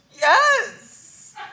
Yes